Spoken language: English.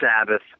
Sabbath